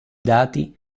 dati